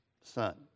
son